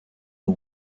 the